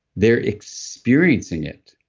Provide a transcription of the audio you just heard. they're experiencing it.